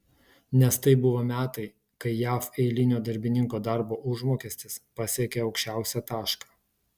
nes tai buvo metai kai jav eilinio darbininko darbo užmokestis pasiekė aukščiausią tašką